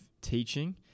teaching